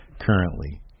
currently